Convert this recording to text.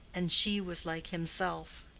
and she was like himself.